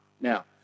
Now